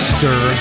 Stir